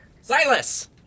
Silas